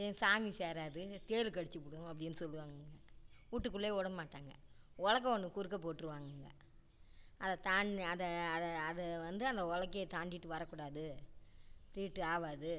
இது சாமி சேராது தேள் கடிச்சிவிடும் அப்படின்னு சொல்வாங்கங்க வீட்டுக்குள்ளே விடமாட்டாங்க உலக்க ஒன்று குறுக்க போட்டுருவாங்கங்க அதை தாண்டி அதை அதை அதை வந்து அந்த உலக்கய தாண்டிட்டு வரக்கூடாது தீட்டு ஆகாது